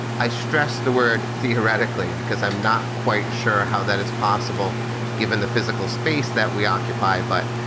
i stress the word theoretically because i'm not quite sure how that is possible given the physical space that we occupy. but,